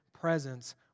presence